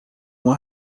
uma